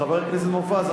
חבר הכנסת מופז,